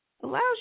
allows